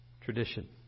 Tradition